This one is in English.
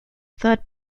third